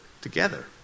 together